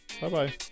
Bye-bye